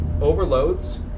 overloads